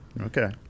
Okay